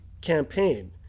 campaign